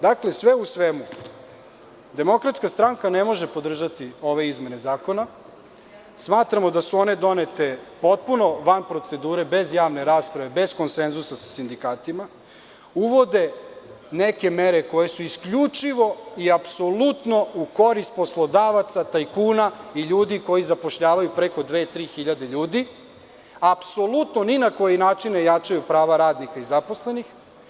Dakle, sve u svemu, Demokratska stranka ne može podržati ove izmene zakona, smatramo da su one donete potpuno van procedure, bez javne rasprave, bez konsenzusa sa sindikatima, uvode neke mere koje su isključivo i apsolutno u korist poslodavaca, tajkuna i ljudi koji zapošljavaju preko dve-tri hiljade ljudi, apsolutno, ni na koji način ne jačaju prava radnika i zaposlenih.